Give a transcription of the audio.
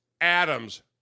Adams